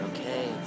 okay